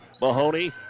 Mahoney